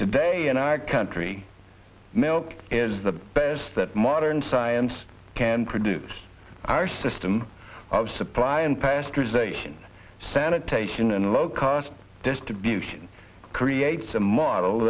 today in our country milk is the best that modern science can produce our system of supply and pastors ation sanitation and low cost distribution creates a model